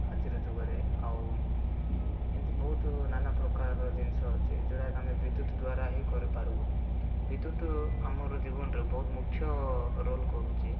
ଆଜିର ଯୁଗରେ ଆଉ ଏମିତି ବହୁତ ନାନାପ୍ରକାର ଜିନିଷ ଅଛି ଯେଉଁଗୁଡ଼ାକି ଆମେ ବିଦ୍ୟୁତ୍ ଦ୍ଵାରା ହିଁ କରିପାରୁ ବିଦ୍ୟୁତ୍ ଆମର ଜୀବନରେ ବହୁତ ମୁଖ୍ୟ ରୋଲ୍ କରୁଛି